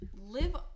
live